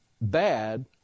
bad